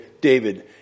David